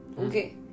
okay